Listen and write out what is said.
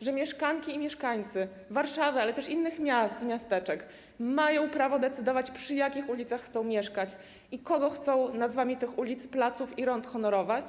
że mieszkanki i mieszkańcy Warszawy, ale też innych miast i miasteczek mają prawo decydować, przy jakich ulicach chcą mieszkać i kogo chcą nazwami tych ulic, placów i rond honorować?